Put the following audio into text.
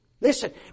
Listen